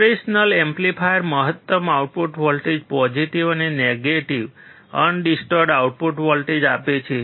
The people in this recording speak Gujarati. ઓપરેશનલ એમ્પ્લીફાયર મહત્તમ આઉટપુટ વોલ્ટેજ પોઝિટિવ અને નેગેટિવ અનડીસ્ટોરડ આઉટપુટ વોલ્ટેજ આપે છે